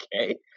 okay